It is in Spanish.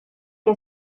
que